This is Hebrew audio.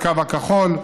הקו הכחול.